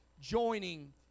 joining